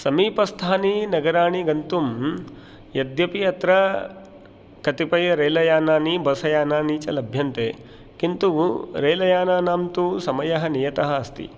समीपस्थानि नगराणि गन्तुं यद्यपि अत्र कतिपयरेलयानानि बस्यानानि च लभ्यन्ते किन्तु रेलयानानान्तु समयः नियतः अस्ति